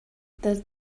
does